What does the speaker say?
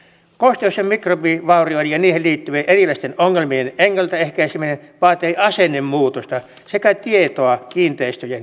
kosteus ja mikrobivaurioiden ja niihin liittyvien erilaisten ongelmien ennaltaehkäiseminen vaatii asennemuutosta sekä tietoa kiinteistöjen kunnossapidosta